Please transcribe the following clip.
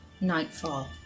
Nightfall